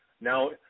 Now